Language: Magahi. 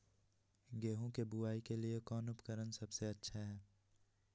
गेहूं के बुआई के लिए कौन उपकरण सबसे अच्छा है?